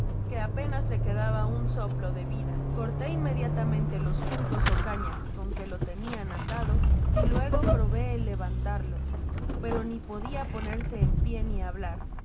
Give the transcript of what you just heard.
que apenas le quedaba un soplo de vida corté inmediatamente los juncos ó cañas con que lo tenian atado y luego probé el levantarlo pero ni podia ponerse en pié ni hablar